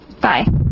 Bye